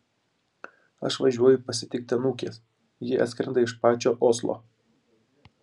aš važiuoju pasitikti anūkės ji atskrenda iš pačio oslo